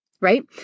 right